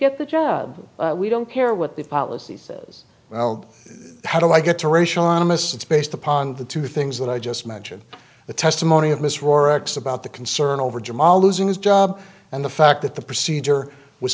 get the job we don't care what the policy says well how do i get to racial animus that's based upon the two things that i just mention the testimony of mr x about the concern over jamal losing his job and the fact that the procedure was